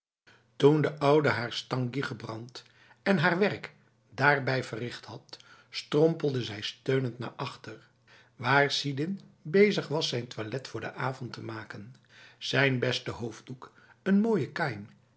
toen de oude haar stanggi gebrand en haar werk daarbij verricht had strompelde zij steunend naar achter waar sidin bezig was zijn toilet voor de avond te maken zijn beste hoofddoek een mooie kain